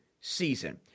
season